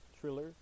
Triller